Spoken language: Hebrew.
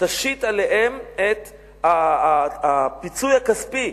את הפיצוי הכספי,